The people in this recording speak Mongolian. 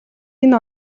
энэ